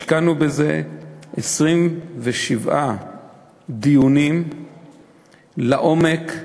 השקענו בזה 27 דיונים לעומק,